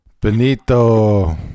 Benito